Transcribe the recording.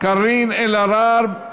קארין אלהרר.